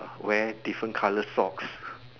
wear different colour socks